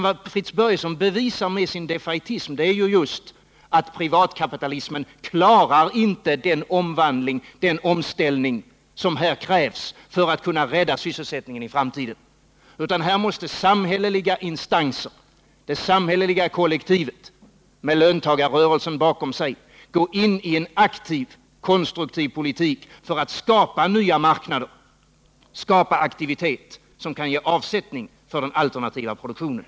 Vad Fritz Börjesson bevisar med sin defaitism är ju just att privatkapita lismen inte klarar den omställning som krävs för att man skall kunna rädda sysselsättningen i framtiden. Här måste samhälleliga instanser, det samhälleliga kollektivet, med löntagarrörelsen bakom sig gå in i en aktiv konstruktiv politik för att skapa nya marknader, skapa aktivitet som kan ge avsättning för den alternativa produktionen.